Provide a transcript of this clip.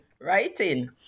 writing